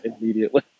immediately